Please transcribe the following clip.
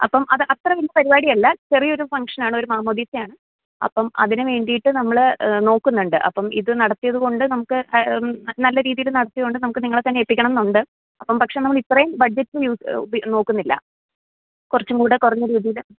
അപ്പം അത് അത്ര വലിയ പരിപാടിയല്ല ചെറിയ ഒരു ഫംഗ്ഷൻ ആണ് ഒരു മാമോദീസയാണ് അപ്പം അതിന് വേണ്ടിയിട്ട് നമ്മൾ നോക്കുന്നുണ്ട് അപ്പം ഇത് നടത്തിയത് കൊണ്ട് നമുക്ക് നല്ല രീതിയിൽ നടത്തിയത് കൊണ്ട് നമുക്ക് നിങ്ങളെ തന്നെ ഏൽപ്പിക്കണം എന്ന് അപ്പം പക്ഷേ നമ്മൾ ഇത്രയും ബഡ്ജറ്റ് യൂസ് നോക്കുന്നില്ല കുറച്ചും കൂടെ കുറഞ്ഞ രീതിയിൽ